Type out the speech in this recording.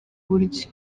buryo